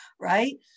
right